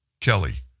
Kelly